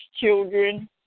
children